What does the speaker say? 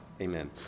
Amen